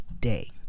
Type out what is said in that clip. day